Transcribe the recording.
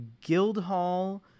Guildhall